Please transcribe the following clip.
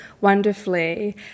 wonderfully